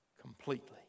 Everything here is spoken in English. completely